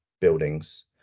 buildings